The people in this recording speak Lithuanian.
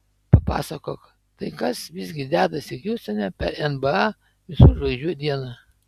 papasakok tai kas visgi dedasi hjustone per nba visų žvaigždžių dieną